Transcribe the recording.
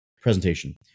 presentation